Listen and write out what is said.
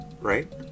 Right